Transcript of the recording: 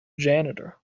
janitor